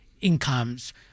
incomes